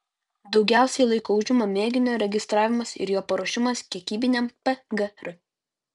daugiausiai laiko užima mėginio registravimas ir jo paruošimas kiekybiniam pgr